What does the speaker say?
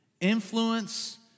Influence